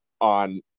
on